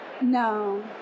No